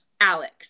Alex